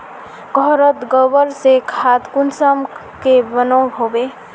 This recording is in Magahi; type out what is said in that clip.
घोरोत गबर से खाद कुंसम के बनो होबे?